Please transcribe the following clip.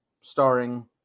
starring